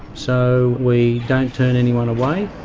so we don't turn anyone away.